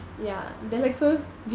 ya they're like so